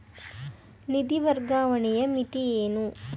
ನಿಧಿ ವರ್ಗಾವಣೆಯ ಮಿತಿ ಏನು?